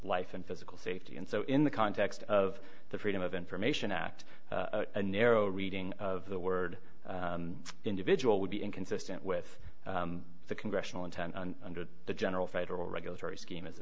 life and physical safety and so in the context of the freedom of information act a narrow reading of the word individual would be inconsistent with the congressional intent under the general federal regulatory scheme is